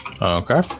Okay